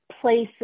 places